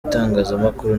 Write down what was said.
itangazamakuru